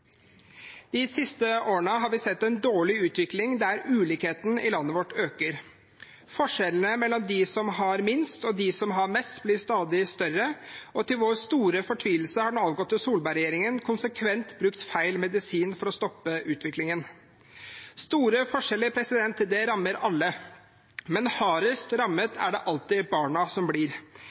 De siste årene har vi sett en dårlig utvikling, der ulikhetene i landet vårt øker. Forskjellene mellom dem som har minst, og dem som har mest, blir stadig større, og til vår store fortvilelse har den avgåtte Solberg-regjeringen konsekvent brukt feil medisin for å stoppe utviklingen. Store forskjeller rammer alle, men hardest rammet er det alltid barna som blir.